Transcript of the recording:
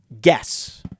Guess